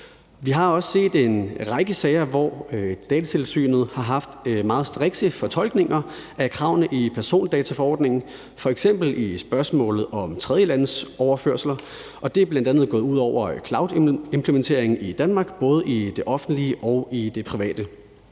Vi har også set en række sager, hvor Datatilsynet har haft meget strikse fortolkninger af kravene i persondataforordningen, f.eks. i spørgsmålet om tredjelandsoverførsler. Det er bl.a. gået ud over cloudimplementeringen i Danmark, både i det offentlige og i det private,